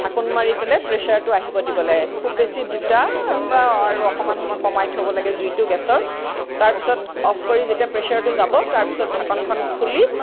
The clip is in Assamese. ঢাকোন মাৰি পেলাই প্ৰেচাৰটো আহিব দিব লাগে খুব বেছি দুটা বা আৰু অকণমান সময় কমাই থ'ব লাগে জুইটো গেছৰ তাৰপিছত অফ কৰি যেতিয়া প্ৰেচাৰটো যাব তাৰপাছত ঢাকনীখন খুলি